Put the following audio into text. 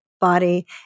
body